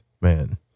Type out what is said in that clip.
man